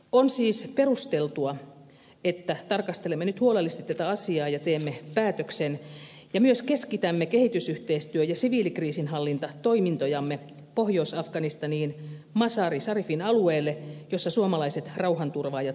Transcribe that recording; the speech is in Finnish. on siis perusteltua että tarkastelemme nyt huolellisesti tätä asiaa ja teemme päätöksen ja myös keskitämme kehitysyhteistyö ja siviilikriisinhallintatoimintojamme pohjois afganistaniin mazar i sharifin alueille missä suomalaiset rauhanturvaajat toimivat